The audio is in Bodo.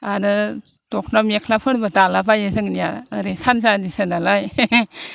आरो दख'ना मेख्लाफोरबो दाला बायो जोंनिया ओरै सानजानिसोनालाय